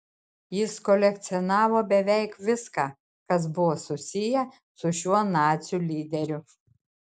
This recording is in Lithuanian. jis kolekcionavo beveik viską kas buvo susiję su šiuo nacių lyderiu